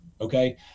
okay